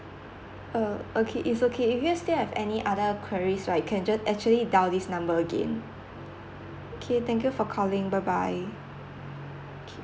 uh okay it's okay if you still have any other queries right you can just actually dial this number again okay thank you for calling bye bye